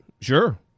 sure